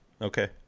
okay